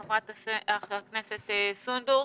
חברת הכנסת סונדוס.